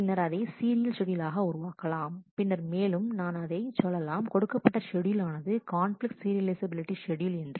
பின்னர் அதை சீரியல் ஷெட்யூலாக உருவாக்கலாம் பின்னர் மேலும் நான் அதை சொல்லலாம் கொடுக்கப்பட்ட ஷெட்யூல் ஆனது கான்பிலிக்ட் சீரியலைஃசபிலிட்டி ஷெட்யூல் என்று